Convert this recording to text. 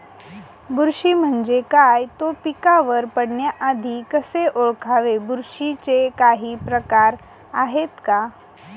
बुरशी म्हणजे काय? तो पिकावर पडण्याआधी कसे ओळखावे? बुरशीचे काही प्रकार आहेत का?